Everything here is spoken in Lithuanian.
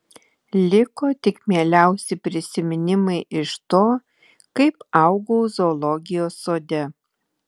liko tik mieliausi prisiminimai iš to kaip augau zoologijos sode